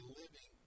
living